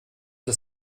das